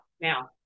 now